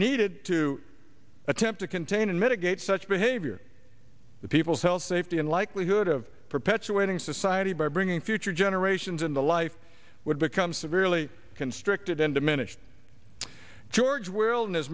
needed to attempt to contain and mitigate such behavior the people's health safety and likelihood of perpetuating society by bringing future generations in the life would become severely constricted and diminished george will and his